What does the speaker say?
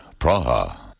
Praha